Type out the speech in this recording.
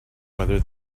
whether